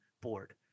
board